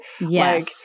Yes